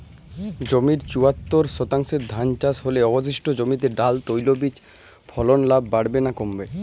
জমির চুয়াত্তর শতাংশে ধান চাষ হলে অবশিষ্ট জমিতে ডাল তৈল বীজ ফলনে লাভ বাড়বে না কমবে?